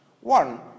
One